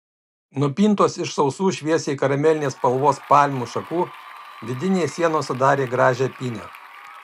nupintos iš sausų šviesiai karamelinės spalvos palmių šakų vidinės sienos sudarė gražią pynę